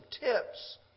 tips